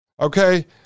Okay